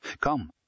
Come